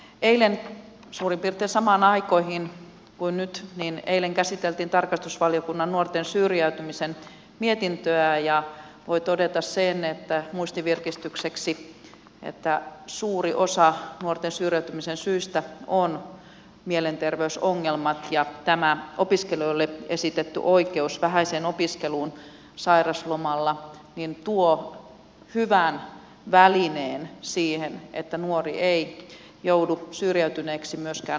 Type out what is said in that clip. eilen suurin piirtein samaan aikaan kuin nyt käsiteltiin tarkastusvaliokunnan nuorten syrjäytymisen mietintöä ja voi todeta sen muistin virkistykseksi että suuri osa nuorten syrjäytymisen syistä liittyy mielenterveysongelmiin ja tämä opiskelijoille esitetty oikeus vähäiseen opiskeluun sairauslomalla tuo hyvän välineen siihen että nuori ei joudu syrjäytyneeksi myöskään opiskeluidensa aikana